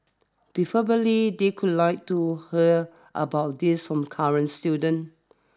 preferably they could like to hear about these from current students